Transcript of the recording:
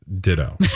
ditto